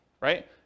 right